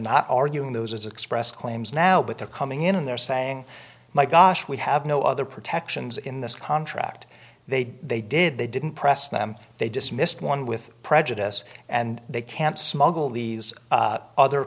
not arguing those expressed claims now but they're coming in and they're saying my gosh we have no other protections in this contract they they did they didn't press them they dismissed one with prejudice and they can't smuggle these other